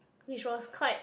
which was quite